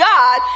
God